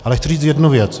Ale chci říct jednu věc.